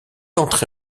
entré